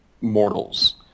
mortals